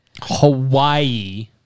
Hawaii